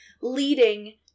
leading